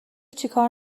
چیکار